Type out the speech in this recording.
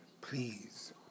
Please